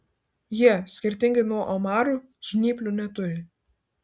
jie skirtingai nuo omarų žnyplių neturi